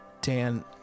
Dan